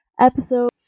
episode